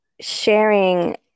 sharing